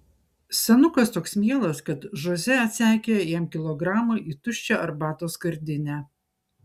senukas toks mielas kad žoze atseikėja jam kilogramą į tuščią arbatos skardinę